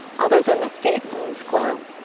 other than the faint moon's glow.